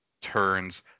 turns